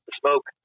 smoke